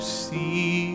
see